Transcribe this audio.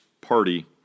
party